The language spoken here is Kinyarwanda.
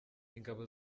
ingabo